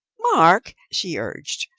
mark, she urged,